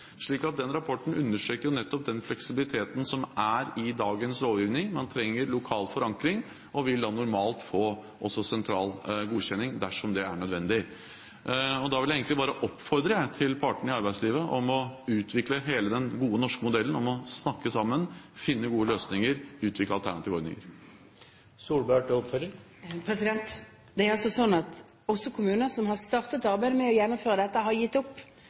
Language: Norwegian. slik at hvis man lokalt har anbefalt en ny avtale, blir den avvist sentralt, så den rapporten understreker nettopp den fleksibiliteten som er i dagens lovgivning. Man trenger lokal forankring og vil da normalt også få sentral godkjenning dersom det er nødvendig. Da vil jeg egentlig bare oppfordre partene i arbeidslivet til å utvikle hele den gode norske modellen med å snakke sammen, finne gode løsninger, utvikle alternative ordninger. Det er altså slik at kommuner som har startet arbeidet med å gjennomføre dette, har gitt opp